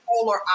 polar